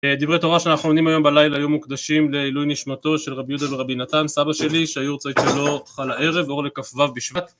דברי תורה שאנחנו לומדים היום בלילה היום מוקדשים לעילוי נשמתו של רבי יודע ורבי נתן סבא שלי שהיורצייט שלו חל הערב אור לכ״ו בשבט